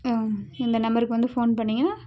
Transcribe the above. ஆ இந்த நம்பருக்கு வந்து ஃபோன் பண்ணீங்கன்னா